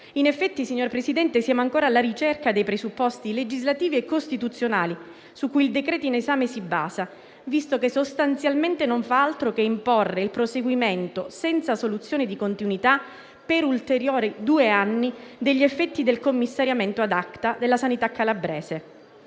In effetti, signor Presidente, siamo ancora alla ricerca dei presupposti legislativi e costituzionali su cui il decreto-legge in esame si basa, visto che sostanzialmente non fa altro che imporre il proseguimento senza soluzione di continuità, per ulteriori due anni, degli effetti del commissariamento *ad acta* della sanità calabrese.